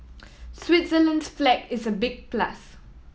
Switzerland's flag is a big plus